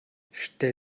stell